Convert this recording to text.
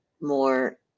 more